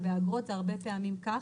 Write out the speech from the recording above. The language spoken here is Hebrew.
ובאגרות הרבה פעמים זה כך.